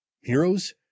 heroes